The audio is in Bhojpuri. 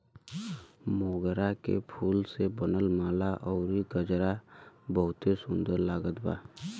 मोगरा के फूल से बनल माला अउरी गजरा बहुते सुन्दर लागत बा